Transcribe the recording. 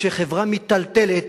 כשחברה מיטלטלת,